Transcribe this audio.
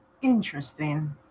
Interesting